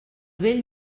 bell